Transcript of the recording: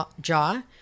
jaw